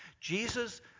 Jesus